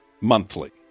Monthly